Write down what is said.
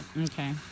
Okay